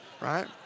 Right